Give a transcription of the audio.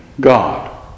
God